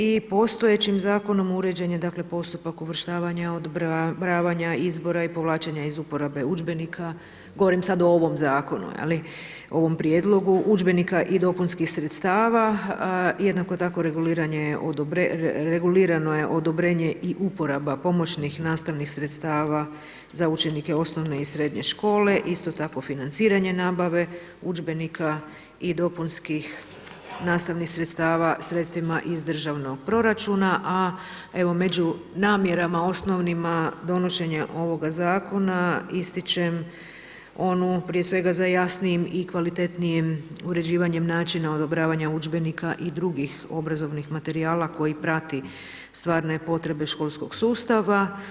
I postojećim zakonom uređen je postupak uvrštavanja, odbrojavanja izbora i povlačenje iz uporabe udžbenika, govorim sada o ovom zakonu, o ovom prijedlogu udžbenika i dopunskih sredstava, jednako tako, regulirano je odobrenje i uporaba pomoćnih, nastavnih sredstava za učenike osnovne i srednje škole, isto tako financiranje nabave udžbenika i dopunskih nastavnih sredstava, sredstvima iz državnog proračuna, a među namjerama osnovnima, donošenje ovog zakona, ističem onu prije svega za jasnijem i kvalitetnijem uređivanje načina odobravanje udžbenika i drugih obrazovnih materijala koji prati stvarne potrebe školskog sustava.